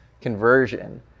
conversion